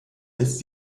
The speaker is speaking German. ist